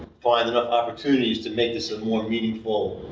find enough opportunities to make this a more meaningful